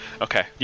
okay